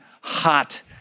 hot